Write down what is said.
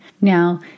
Now